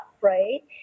right